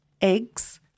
eggs